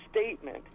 statement